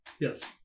Yes